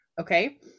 Okay